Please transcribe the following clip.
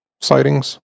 sightings